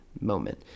moment